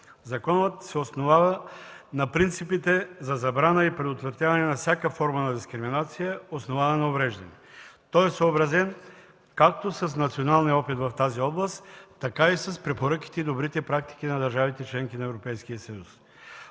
Законът се основава на принципите за забрана и предотвратяване на всяка форма на дискриминация, основана на увреждане. Той е съобразен както с националния опит в тази област, така и с препоръките и добрите практики на държавите-членки на Европейския съюз.